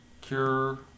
Cure